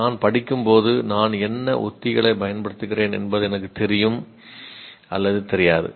நான் படிக்கும்போது நான் என்ன உத்திகளைப் பயன்படுத்துகிறேன் என்பது எனக்குத் தெரியும் தெரியாது